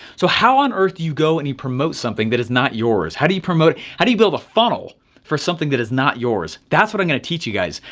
so how on earth do you go and you promote something that is not yours? how do you promote? how do you build a funnel for something that is not yours? that's what i'm gonna teach you guys.